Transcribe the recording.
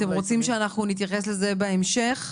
אתם רוצים שאנחנו נתייחס לזה בהמשך,